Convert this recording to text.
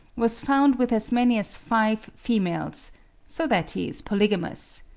was found with as many as five females so that he is polygamous.